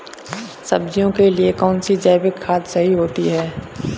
सब्जियों के लिए कौन सी जैविक खाद सही होती है?